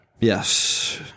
Yes